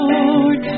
Lord